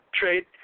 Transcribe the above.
trade